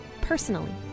personally